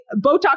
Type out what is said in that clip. Botox